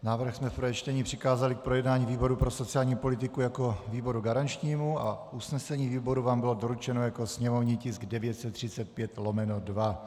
Návrh jsme v prvém čtení přikázali k projednání výboru pro sociální politiku jako výboru garančnímu a usnesení výboru vám bylo doručeno jako sněmovní tisk 935/2.